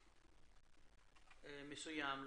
מסוים,